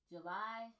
July